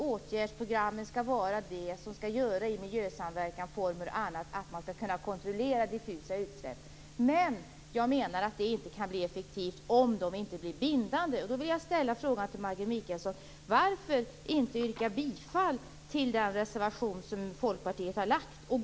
Åtgärdsprogrammen - det gäller miljösamverkansformer och annat - är det som möjliggör kontroll av diffusa utsläpp. Men jag menar att det inte kan bli effektivt om det inte blir bindande. Jag vill fråga Maggi Mikaelsson varför hon inte yrkar bifall till den reservation som Folkpartiet har lagt fram.